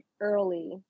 early